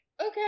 okay